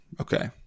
Okay